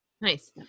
nice